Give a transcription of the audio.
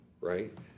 right